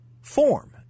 form